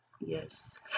Yes